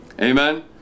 Amen